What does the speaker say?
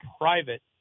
private